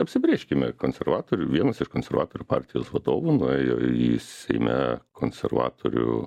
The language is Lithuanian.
apsibrėžkime konservatorių vienas iš konservatorių partijos vadovų nuėjo į seime konservatorių